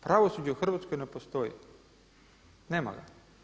Pravosuđe u Hrvatskoj ne postoji, nema ga.